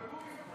בפורים.